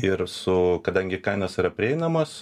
ir su kadangi kainos yra prieinamos